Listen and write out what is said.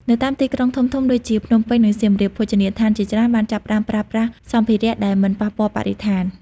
នៅតាមទីក្រុងធំៗដូចជាភ្នំពេញ និងសៀមរាប ភោជនីយដ្ឋានជាច្រើនបានចាប់ផ្តើមប្រើប្រាស់សម្ភារៈដែលមិនប៉ះពាល់បរិស្ថាន។